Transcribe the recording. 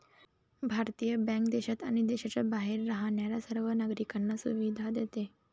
भारतीय बँक देशात आणि देशाच्या बाहेर राहणाऱ्या सर्व नागरिकांना सुविधा देते